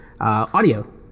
audio